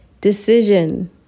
decision